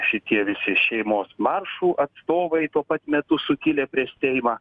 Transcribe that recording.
šitie visi šeimos maršų atstovai tuo pat metu sukilę prieš seimą